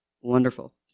Wonderful